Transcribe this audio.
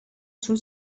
sul